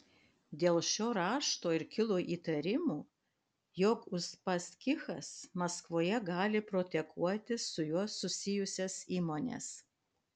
dėl šio rašto ir kilo įtarimų jog uspaskichas maskvoje gali proteguoti su juo susijusias įmones